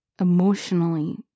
emotionally